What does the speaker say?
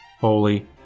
holy